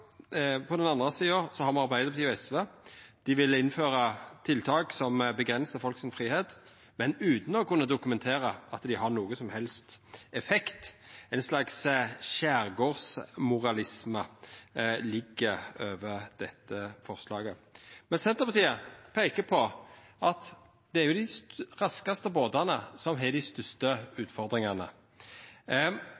På den andre sida har me Arbeidarpartiet og SV, som vil innføra tiltak som avgrensar folks fridom, men utan å kunna dokumentera at dei har nokon som helst effekt. Ein slags skjergardsmoralisme ligg over dette forslaget. Senterpartiet peiker på at det er dei raskaste båtane som har dei største